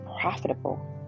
profitable